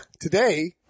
today